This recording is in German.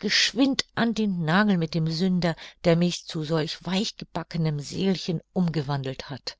geschwind an den nagel mit dem sünder der mich zu solch weichgebackenem seelchen umgewandelt hat